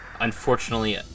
unfortunately